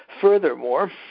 Furthermore